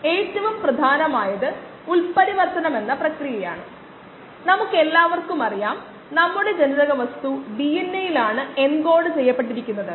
303kd അതിനാൽ നമുക്ക് k d ആവശ്യമാണ്